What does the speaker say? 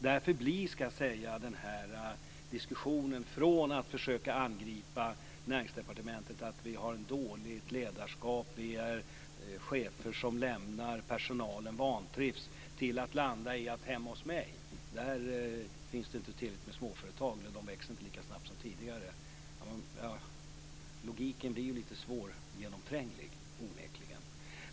Därför blir den här diskussionen och den här logiken - från att försöka angripa Näringsdepartementet med att vi har ett dåligt ledarskap, att cheferna lämnar och att personalen vantrivs, till att landa i att hemma hos Ola Karlsson finns det inte tillräckligt med småföretag och de växer inte lika snabbt som tidigare - lite svårgenomtränglig, onekligen!